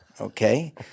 okay